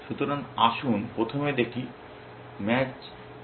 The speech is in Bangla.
সুতরাং আসুন প্রথমে দেখি ম্যাচ কি করছে